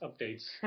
updates